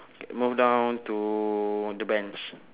move down to the bench